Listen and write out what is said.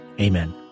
Amen